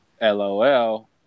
LOL